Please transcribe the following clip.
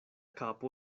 kapo